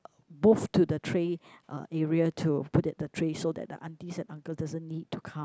move to the tray uh area to put that the tray so that the aunties and uncle doesn't need to come